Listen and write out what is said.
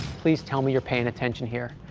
please tell me you're paying attention here.